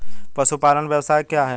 पशुपालन व्यवसाय क्या है?